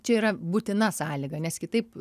čia yra būtina sąlyga nes kitaip